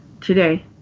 today